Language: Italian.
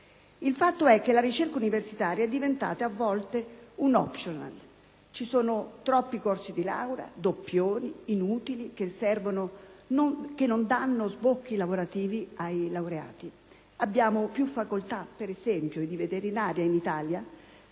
Il fatto è che la ricerca universitaria è diventata a volte un *optional*. Ci sono troppi corsi di laurea, doppioni inutili che non danno sbocchi lavorativi ai laureati. Abbiamo, per esempio, più facoltà di veterinaria in Italia